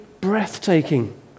breathtaking